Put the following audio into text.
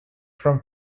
from